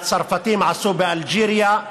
עשו באלג'יריה,